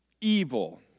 evil